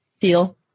deal